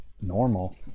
normal